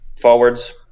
forwards